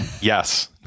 Yes